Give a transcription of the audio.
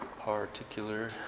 particular